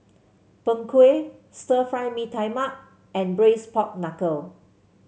Png Kueh Stir Fry Mee Tai Mak and Braised Pork Knuckle